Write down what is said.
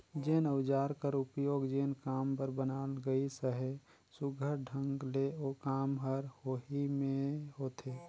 जेन अउजार कर उपियोग जेन काम बर बनाल गइस अहे, सुग्घर ढंग ले ओ काम हर ओही मे होथे